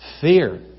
fear